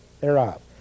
thereof